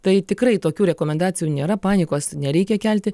tai tikrai tokių rekomendacijų nėra panikos nereikia kelti